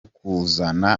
kuzana